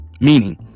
Meaning